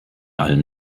allen